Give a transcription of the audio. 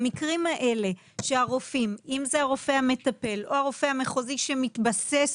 במקרים האלה שהרופאים אם זה הרופא המטפל או הרופא המחוזי שמתבסס